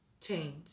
change